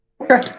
okay